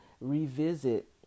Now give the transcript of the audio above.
revisit